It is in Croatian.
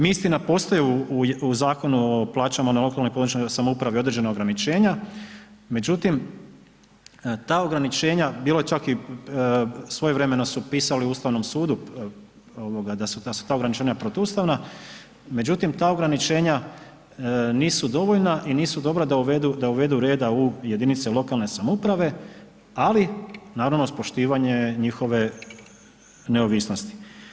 Mislim da postoji u Zakonu o plaćama one lokalne, područne samouprave određena ograničenja, međutim, ta ograničenja, bilo je čak i svojevremeno su pisali Ustavnom sudu da su, da su ta ograničenja protuustavna, međutim, ta ograničenja nisu dovoljna i nisu dobra da uvedu, da uvedu reda u jedinice lokalne samouprave, ali naravno uz poštivanje njihove neovisnosti.